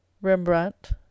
rembrandt